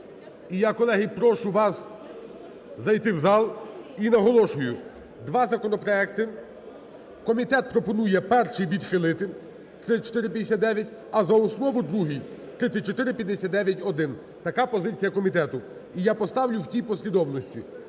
І я, колеги, прошу вас зайти в зал, і наголошую, два законопроекти, комітет пропонує перший відхилити 3459, а за основу другий – 3459-1. Така позиція комітету. І я поставлю в тій послідовності,